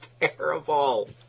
terrible